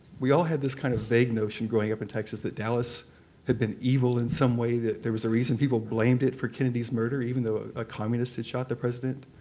we all had this kind of vague notion growing up in texas, that dallas had been evil in some way, that there was a reason people blamed it for kennedy's murder, even though a communist had shot the president.